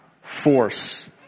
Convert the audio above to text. force